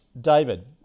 David